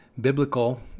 Biblical